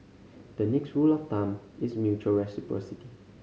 the next rule of thumb is mutual reciprocity